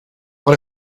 but